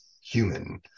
human